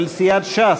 של סיעת ש"ס.